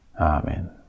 Amen